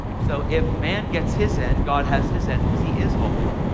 so if man gets his end, god has his end because he is holy.